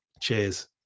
Cheers